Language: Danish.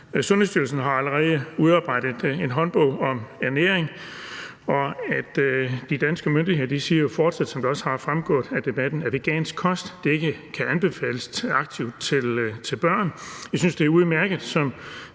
Sundhedsstyrelsen har allerede udarbejdet en håndbog om ernæring, og de danske myndigheder siger jo fortsat, som det også er fremgået af debatten, at vegansk kost ikke aktivt kan anbefales til børn. Jeg synes, det er udmærket,